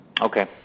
Okay